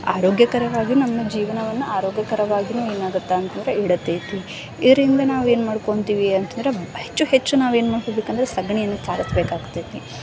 ಆರೋಗ್ಯಕರವಾಗಿ ನಮ್ಮ ಜೀವನವನ್ನ ಆರೋಗ್ಯಕರವಾಗಿನು ಏನಾಗುತ್ತೆ ಅಂತಂದರೆ ಇಡತೈತಿ ಇದರಿಂದ ನಾವೇನು ಮಾಡ್ಕೊಳ್ತೀವಿ ಅಂತಂದ್ರೆ ಹೆಚ್ಚು ಹೆಚ್ಚು ನಾವೇನು ಮಾಡ್ತಿರ್ಬೇಕಂದ್ರೆ ಸಗಣಿಯನ್ನ ಸಾರಿಸಬೇಕಾಗ್ತೈತಿ